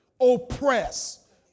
oppress